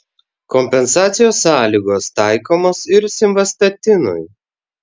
kompensacijos sąlygos taikomos ir simvastatinui